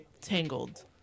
Tangled